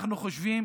אנחנו חושבים